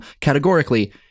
categorically